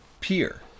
Pier